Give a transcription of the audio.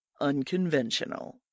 unconventional